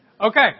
Okay